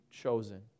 chosen